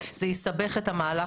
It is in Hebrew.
זה יסבך את המהלך.